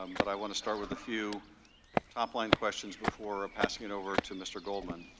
um but i want to start with a few topline questions before ah passing it over to mr. goldman.